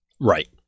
right